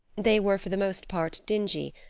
they were for the most part dingy,